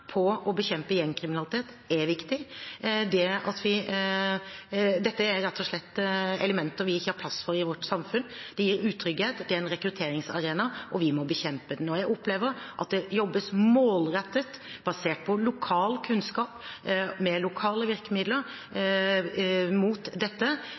på å bekjempe gjengkriminalitet, er viktig. Dette er elementer vi ikke har plass til i vårt samfunn. Det gir utrygghet. Det er en rekrutteringsarena, og vi må bekjempe den. Jeg opplever at det jobbes målrettet, basert på lokal kunnskap, med lokale virkemidler mot dette,